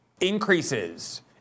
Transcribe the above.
Increases